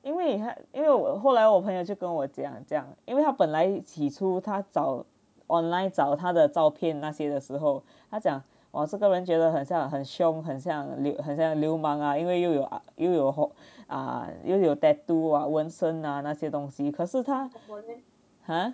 因为他因为我后来我朋友就跟我讲讲因为它本来起初他找 online 找他的照片那些的时候他讲 !woah! 这个人觉得很像很凶很像很像流氓啊因为又有 ah 又有 hon~ 又有 tattoo ah 纹身啊那些东西可是他 !huh!